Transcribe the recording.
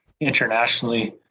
internationally